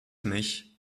mich